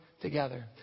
together